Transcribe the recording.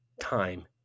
time